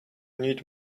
need